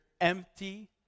empty